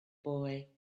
boy